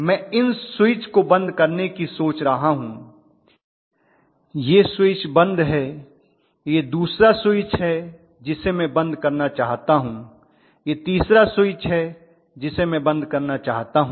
मैं इन स्विच को बंद करने की सोच रहा हूं यह स्विच बंद है यह दूसरा स्विच है जिसे मैं बंद करना चाहता हूं यह तीसरा स्विच है जिसे मैं बंद करना चाहता हूं